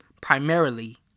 Primarily